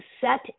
set